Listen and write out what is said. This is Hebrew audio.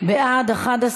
בר-לב,